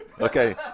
okay